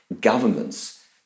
governments